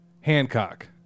Hancock